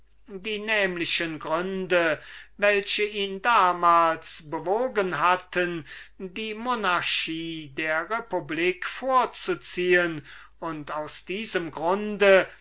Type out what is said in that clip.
die nämlichen gründe welche ihn damals bewogen hatten die monarchie der republik vorzuziehen und aus diesem grunde